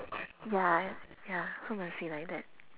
ya ya so must be like that